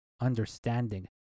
understanding